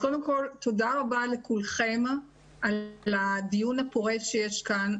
אז קודם כל תודה רבה לכולכם על הדיון הפורה שיש כאן,